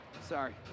Sorry